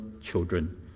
children